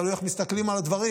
תלוי איך מסתכלים על הדברים,